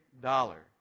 dollar